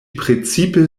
precipe